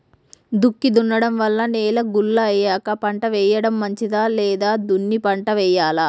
దుక్కి దున్నడం వల్ల నేల గుల్ల అయ్యాక పంట వేయడం మంచిదా లేదా దున్ని పంట వెయ్యాలా?